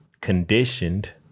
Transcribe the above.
conditioned